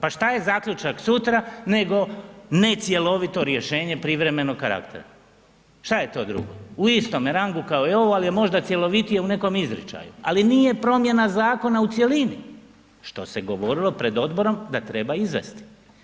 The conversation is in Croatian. Pa je zaključak sutra nego necjelovito rješenje privremenog karaktera, šta je to drugo, u istome rangu kao i ovo, ali je možda cjelovitije u nekom izričaju, ali nije promjena zakona u cjelini, što se govorilo pred odborom da treba izvesti.